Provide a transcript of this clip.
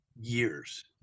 years